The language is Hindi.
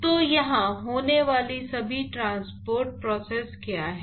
तो यहां होने वाली सभी ट्रांसपोर्ट प्रोसेस क्या है